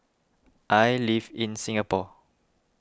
I live in Singapore